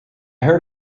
heard